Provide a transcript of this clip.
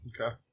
Okay